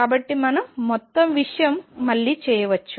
కాబట్టి మనం మొత్తం విషయం మళ్ళీ చేయవచ్చు